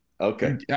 Okay